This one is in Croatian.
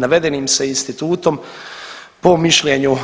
Navedenim se institutom po mišljenju